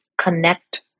connect